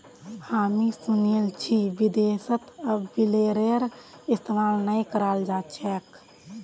हामी सुनील छि विदेशत अब बेलरेर इस्तमाल नइ कराल जा छेक